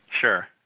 Sure